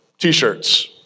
T-shirts